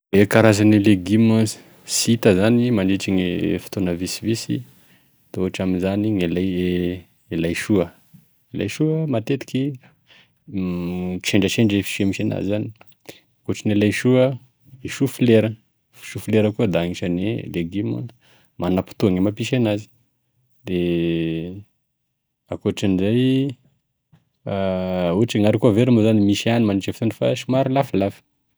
E karazan'e legimo sy hita zany mandritry gne fotoa visivisy da ohatra amizany laisoa, e laisoa matetiky kisendrasendra gne fotoa mampisy enazy, akoatrin'e laisoa da chou flera a, chou flera koa da agnisan'e legimo manampotoany e mampisy enazy, de akoatrin'izay de ohatra hoe gne harikô vera, moa zany da misy ihany mandritry gne fotoa fa somary lafolafo.